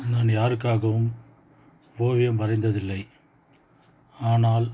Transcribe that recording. நான் யாருக்காகவும் ஓவியம் வரைந்ததில்லை ஆனால்